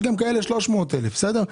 יש גם כאלה 300,000 בסדר?